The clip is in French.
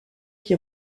qui